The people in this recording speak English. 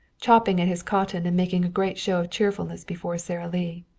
chopping at his cotton and making a great show of cheerfulness before sara lee.